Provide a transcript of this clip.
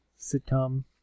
sitcom